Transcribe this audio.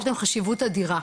יש להם חשיבות אדירה.